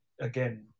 again